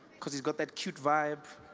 because he's got that cute vibe